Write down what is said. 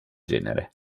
genere